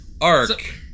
arc